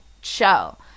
show